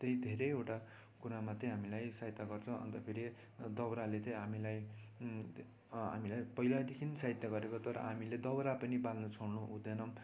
त्यही धेरैवटा कुरामा त्यही हामीलाई सहायता गर्छ अन्तखेरि दाउराले त्यही हामीलाई हामीलाई पहिलादेखि सहायता गरेको तर हामीले दाउरा पनि बाल्नु छोड्नु हुँदैन